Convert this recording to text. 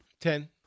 Ten